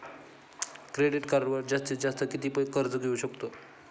Credit कार्डवर जास्तीत जास्त किती कर्ज घेऊ शकतो?